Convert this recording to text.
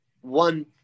one